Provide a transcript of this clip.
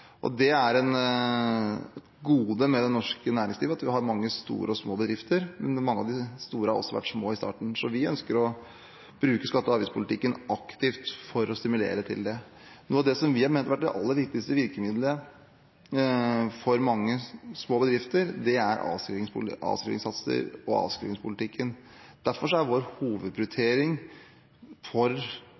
mener det er en kjempestor styrke for norsk næringsliv at det er mange enkeltpersoner som er villig til å satse både tid og kapital – noen ganger satses det nesten hus og hjem – for å klare å starte bedrifter. Det er et gode ved det norske næringslivet at vi har mange store og små bedrifter, og mange av de store har også vært små i starten, så vi ønsker å bruke skatte- og avgiftspolitikken aktivt for å stimulere til det.